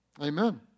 Amen